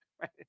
right